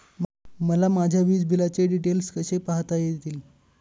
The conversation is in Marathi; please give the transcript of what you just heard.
मला माझ्या वीजबिलाचे डिटेल्स कसे पाहता येतील?